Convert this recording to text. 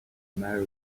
matter